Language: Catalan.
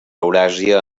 euràsia